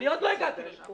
אני עוד לא הגעתי לשם.